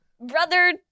brother